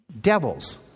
devils